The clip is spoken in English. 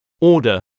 order